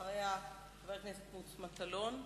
אחריה חבר הכנסת מוץ מטלון,